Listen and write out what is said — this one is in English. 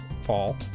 fall